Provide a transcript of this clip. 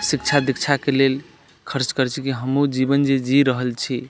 शिक्षा दीक्षाके लेल खर्च करैत छै कि हमहूँ जीवन जे जी रहल छी